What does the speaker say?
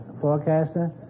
forecaster